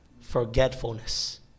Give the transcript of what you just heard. forgetfulness